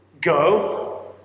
go